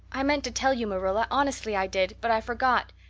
i meant to tell you, marilla, honestly i did, but i forgot.